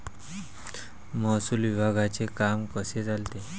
महसूल विभागाचे काम कसे चालते?